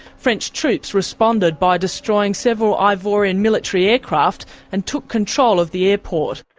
french troops responded by destroying several ivorian military aircraft and took control of the airport.